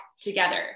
together